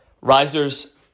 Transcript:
Risers